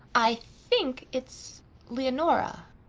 i think it's leonora.